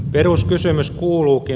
peruskysymys kuuluukin